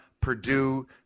Purdue